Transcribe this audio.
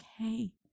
okay